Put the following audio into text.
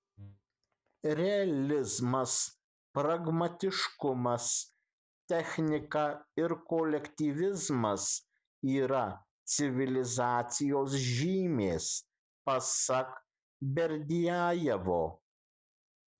realizmas pragmatiškumas technika ir kolektyvizmas yra civilizacijos žymės pasak berdiajevo